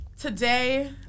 today